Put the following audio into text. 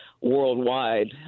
worldwide